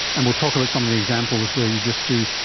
and we'll talk about some of the examples where you just do,